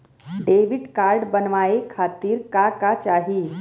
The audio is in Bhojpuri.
डेबिट कार्ड बनवावे खातिर का का चाही?